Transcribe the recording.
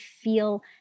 feel